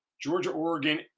Georgia-Oregon